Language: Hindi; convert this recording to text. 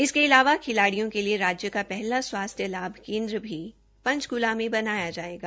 इसके अलावा खिलाडियों के लिए राज्य का पहला स्वास्थ्य लाभ केन्द्र भी पंचकूला में बनाया जाएगा